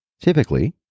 Typically